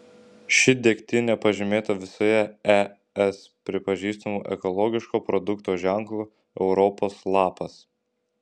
ši degtinė pažymėta visoje es pripažįstamu ekologiško produkto ženklu europos lapas